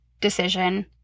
decision